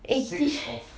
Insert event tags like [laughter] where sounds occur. eighty [breath]